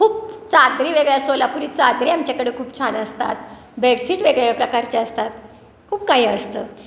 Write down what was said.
खूप चादरी वेगळ्या सोलापुरी चादरी आमच्याकडे खूप छान असतात बेडशीट वेगवेगळ्या प्रकारचे असतात खूप काही असतं